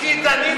כי דנים בזה.